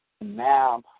Now